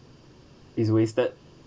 is wasted